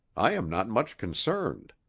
i am not much concerned.